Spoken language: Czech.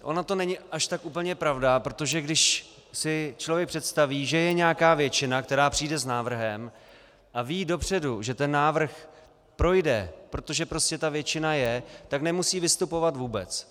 Ona to není až tak úplně pravda, protože když si člověk představí, že je nějaká většina, která přijde s návrhem a ví dopředu, že ten návrh projde, protože prostě ta většina je, tak nemusí vystupovat vůbec.